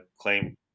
claim